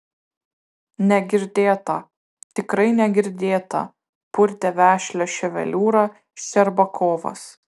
negirdėta tikrai negirdėta purtė vešlią ševeliūrą ščerbakovas